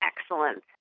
excellent